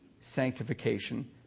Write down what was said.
sanctification